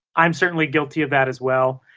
i'm certainly guilty of that as well,